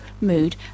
mood